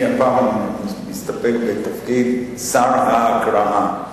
אני מסתפק הפעם בתפקיד "שר ההקראה".